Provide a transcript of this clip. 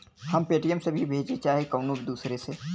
हम पेटीएम से भेजीं चाहे कउनो दूसरे से